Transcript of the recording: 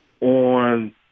on